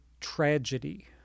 tragedy